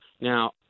Now